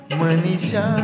manisha